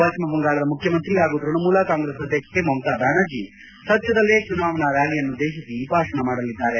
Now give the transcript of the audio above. ಪಶ್ಚಿಮ ಬಂಗಾಳದ ಮುಖ್ಯಮಂತ್ರಿ ಹಾಗೂ ತೃಣಮೂಲ ಕಾಂಗ್ರೆಸ್ ಅಧ್ವಕ್ಷೆ ಮಮತಾ ಬ್ಯಾನರ್ಜಿ ಸದ್ಯದಲ್ಲೇ ಚುನಾವಣಾ ರ್ಯಾಲಿಯನ್ನುದ್ದೇಶಿಸಿ ಭಾಷಣ ಮಾಡಲಿದ್ದಾರೆ